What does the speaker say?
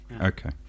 Okay